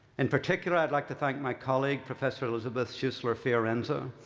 in particular, i'd like to thank my colleague professor elisabeth schussler fiorenza,